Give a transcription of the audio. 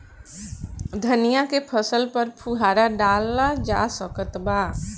धनिया के फसल पर फुहारा डाला जा सकत बा?